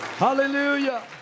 Hallelujah